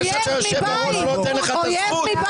זה שאתה היושב-ראש לא נותן לך את הזכות.